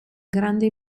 grande